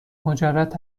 مجرد